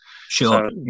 sure